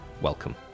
Welcome